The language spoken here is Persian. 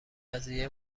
قضیه